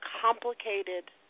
complicated